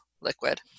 liquid